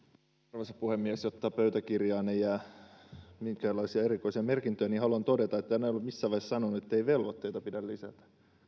arvoisa puhemies jotta pöytäkirjaan ei jää minkäänlaisia erikoisia merkintöjä niin haluan todeta että en ole missään välissä sanonut ettei velvoitteita pidä lisätä